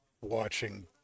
watching